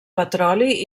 petroli